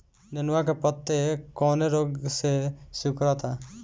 नेनुआ के पत्ते कौने रोग से सिकुड़ता?